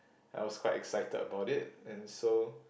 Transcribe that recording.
I was quite excited about it and so